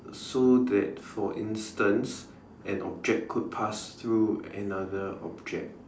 so that for instance an object could pass through another object